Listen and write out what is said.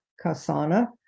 Kasana